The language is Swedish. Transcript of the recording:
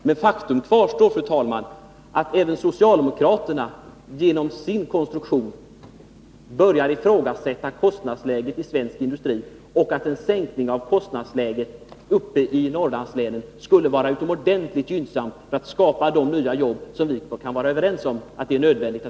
Men faktum kvarstår, fru talman, att även socialdemokraterna genom sin konstruktion börjar ifrågasätta kostnadsläget i svensk industri och att en sänkning av kostnadsläget i Norrlandslänen skulle vara utomordentligt gynnsam för att skapa de nya jobb som vi kan vara överens om är nödvändiga.